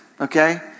okay